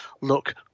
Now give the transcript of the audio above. look